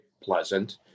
pleasant